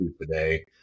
today